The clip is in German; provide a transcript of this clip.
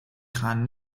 kran